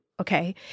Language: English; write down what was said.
Okay